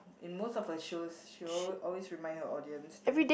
in most of her shows she alwa~ always remind her audience to